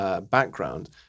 background